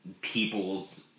people's